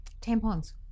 tampons